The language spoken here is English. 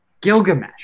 Gilgamesh